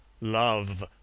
love